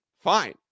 Fine